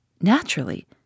Naturally